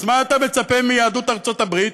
אז מה אתה מצפה מיהדות ארצות הברית,